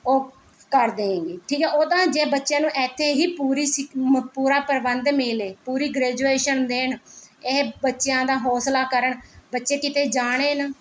ਉਹ ਕਰਦੇ ਗੇ ਠੀਕ ਹੈ ਉਹ ਤਾਂ ਜੇ ਬੱਚਿਆਂ ਨੂੰ ਇੱਥੇ ਹੀ ਪੂਰੀ ਪੂਰਾ ਪ੍ਰਬੰਧ ਮਿਲੇ ਪੂਰੀ ਗ੍ਰੈਜੂਏਸ਼ਨ ਦੇਣ ਇਹ ਬੱਚਿਆਂ ਦਾ ਹੌਂਸਲਾ ਕਰਨ ਬੱਚੇ ਕਿਤੇ ਜਾਣ ਏ ਨਾ